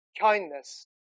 Kindness